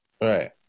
Right